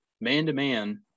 man-to-man